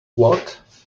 watt